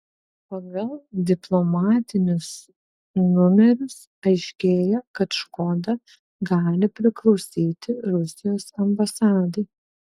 pagal diplomatinius numerius aiškėja kad škoda gali priklausyti rusijos ambasadai